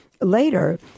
later